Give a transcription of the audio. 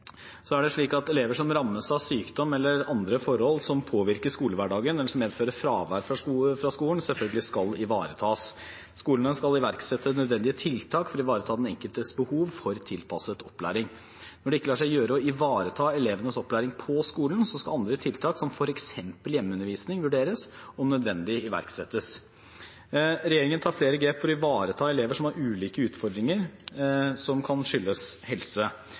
Elever som rammes av sykdom eller andre forhold som påvirker skolehverdagen, eller som medfører fravær fra skolen, selvfølgelig skal ivaretas. Skolene skal iverksette nødvendige tiltak for å ivareta den enkeltes behov for tilpasset opplæring. Når det ikke lar seg gjøre å ivareta elevenes opplæring på skolen, skal andre tiltak, som f.eks. hjemmeundervisning, vurderes og om nødvendig iverksettes. Regjeringen tar flere grep for å ivareta elever som har ulike utfordringer som kan skyldes helse.